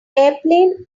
airplane